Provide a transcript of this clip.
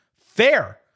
Fair